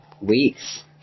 Weeks